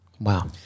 Wow